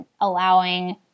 allowing